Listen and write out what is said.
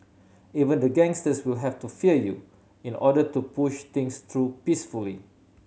even the gangsters will have to fear you in order to push things through peacefully